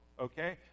okay